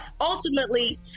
ultimately